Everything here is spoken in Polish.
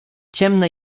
ciemne